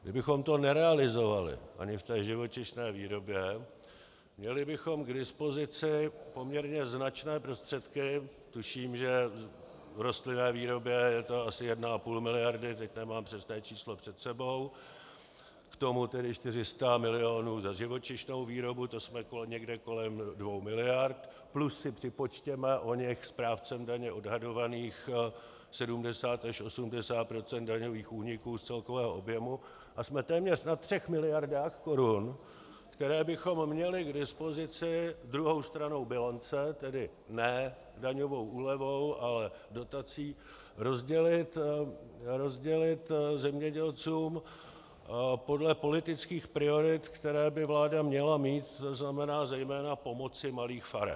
Kdybychom to nerealizovali ani v té živočišné výrobě, měli bychom k dispozici poměrně značné prostředky, tuším, že v rostlinné výrobě je to asi 1,5 miliardy, teď nemám přesné číslo před sebou, k tomu tedy 400 milionů za živočišnou výrobu, to jsme někde kolem 2 miliard, plus si připočtěme oněch správcem daně odhadovaných 70 až 80 % daňových úniků z celkového objemu, a jsme téměř na 3 miliardách korun, které bychom měli k dispozici druhou stranou bilance, tedy ne daňovou úlevou, ale dotací, rozdělit zemědělcům podle politických priorit, které by vláda měla mít, tzn. zejména pomocí malých farem.